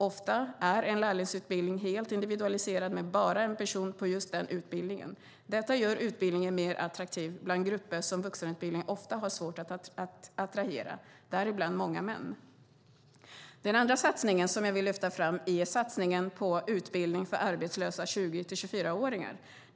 Ofta är en lärlingsutbildning helt individualiserad, med bara en person på just den utbildningen. Detta gör utbildningen mer attraktiv bland grupper som vuxenutbildningen ofta har haft svårt att attrahera, däribland många män. Den andra satsningen, som jag vill lyfta fram, är satsningen på utbildning för arbetslösa 20-24-åringar.